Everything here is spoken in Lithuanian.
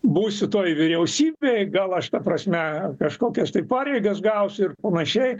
būsiu toj vyriausybėj gal aš ta prasme kažkokias tai pareigas gausiu ir panašiai